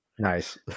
Nice